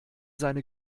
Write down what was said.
seine